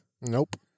Nope